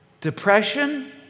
Depression